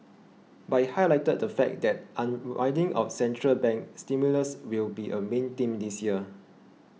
but it highlighted the fact that unwinding of central bank stimulus will be a main theme this year